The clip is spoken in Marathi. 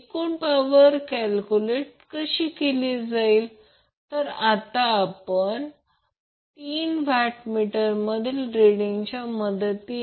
म्हणून QT √3 कारण total reactive power √3VL IL sin आहे